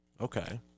Okay